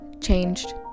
changed